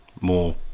more